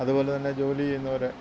അതുപോലെ തന്നെ ജോലി ചെയ്യുന്നവർ